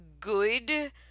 good